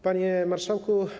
Panie Marszałku!